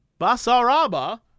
Basaraba